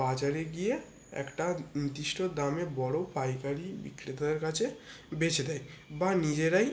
বাজারে গিয়ে একটা নির্দিষ্ট দামে বড় পাইকারি বিক্রেতাদের কাছে বেচে দেয় বা নিজেরাই